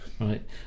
right